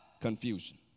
Confusion